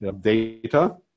data